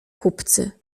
kupcy